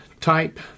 type